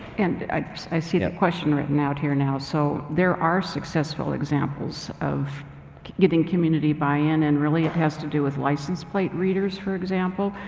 and i see the question written out here now. so, there are successful examples of getting community buy in and really it has to do with license plate readers, for example.